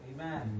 Amen